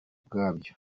bwabyo